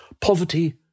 Poverty